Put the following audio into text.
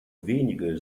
wenige